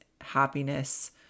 happiness